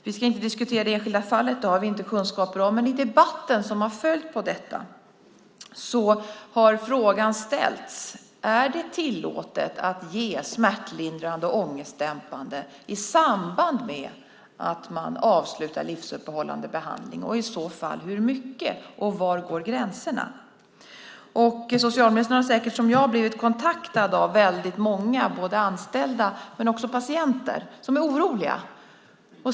Vi ska inte diskutera det enskilda fallet - det har vi inte kunskaper om - men i debatten som har följt på detta har frågan ställts: Är det tillåtet att ge smärtlindrande och ångestdämpande i samband med att man avslutar livsuppehållande behandling, och i så fall hur mycket? Och var går gränserna? Socialministern har säkert som jag blivit kontaktad av väldigt många både anställda och patienter som är oroliga.